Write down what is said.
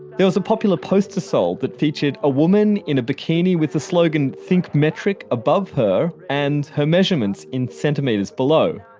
there was a popular poster sold that featured a woman in a bikini with the slogan, think metric above her and her measurements in centimeters below.